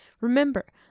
Remember